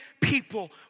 people